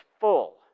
full